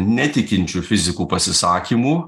netikinčių fizikų pasisakymų